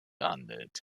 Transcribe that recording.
handelt